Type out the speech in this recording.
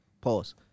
Pause